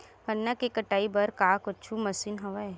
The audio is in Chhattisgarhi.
गन्ना के कटाई बर का कुछु मशीन हवय?